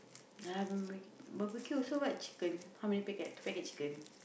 ah barbecue also what chicken how many packet packet chicken